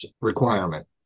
requirement